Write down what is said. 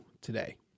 today